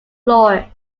floor